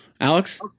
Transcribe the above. Alex